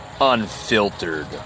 unfiltered